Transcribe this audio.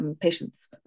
patients